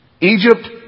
Egypt